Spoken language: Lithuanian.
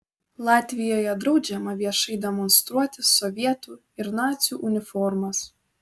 latvijoje draudžiama viešai demonstruoti sovietų ir nacių uniformas